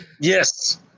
yes